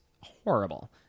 horrible